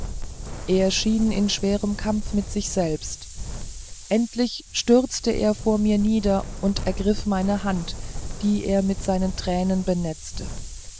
schien in schwerem kampfe mit sich selber endlich stürzte er vor mir nieder und ergriff meine hand die er mit seinen tränen benetzte